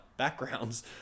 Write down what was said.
backgrounds